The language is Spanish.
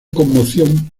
conmoción